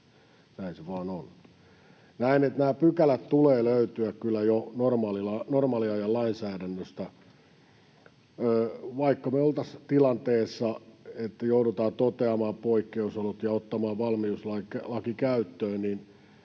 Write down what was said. Näen, että näiden pykälien tulee löytyä kyllä jo normaaliajan lainsäädännöstä. Vaikka me oltaisiin tilanteessa, että joudutaan toteamaan poikkeusolot ja ottamaan valmiuslaki käyttöön,